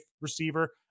receiver